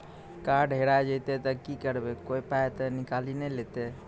Card हेरा जइतै तऽ की करवै, कोय पाय तऽ निकालि नै लेतै?